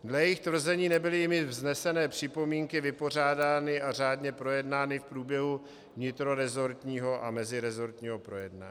Dle jejich tvrzení nebyly jimi vznesené připomínky vypořádány a řádně projednány v průběhu vnitroresortního a meziresortního projednání.